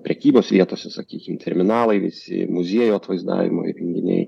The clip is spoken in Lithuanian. prekybos vietose sakykim terminalai visi muziejų atvaizdavimo įrenginiai